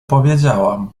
powiedziałam